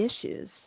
issues